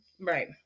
right